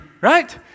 right